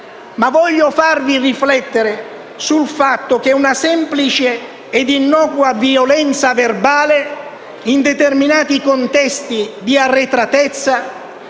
ma voglio farvi riflettere sul fatto che una semplice ed innocua violenza verbale, in determinati contesti di arretratezza